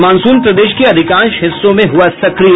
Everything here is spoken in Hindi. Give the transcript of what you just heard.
और मॉनसून प्रदेश के अधिकांश हिस्सों में हुआ सक्रिय